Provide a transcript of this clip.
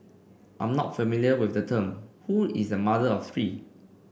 I'm not familiar with the term who is a mother of three